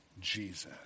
Jesus